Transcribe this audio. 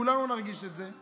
כולנו נרגיש את זה,